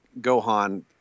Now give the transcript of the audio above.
Gohan